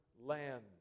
land